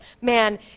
man